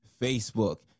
Facebook